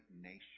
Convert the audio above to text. nation